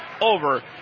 over